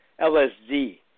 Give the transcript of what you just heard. LSD